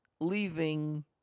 leaving